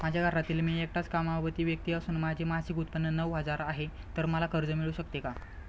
माझ्या घरातील मी एकटाच कमावती व्यक्ती असून माझे मासिक उत्त्पन्न नऊ हजार आहे, तर मला कर्ज मिळू शकते का?